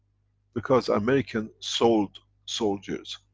because american sold soldiers,